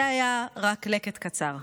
זה היה רק לקט קצר.